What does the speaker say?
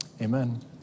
Amen